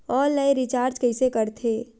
Online recharge कइसे करथे?